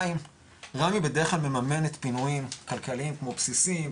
רמ"י בדרך כלל מממנת פינויים כלכליים כמו בסיסים,